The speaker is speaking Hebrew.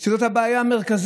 כי אותו דבר יפה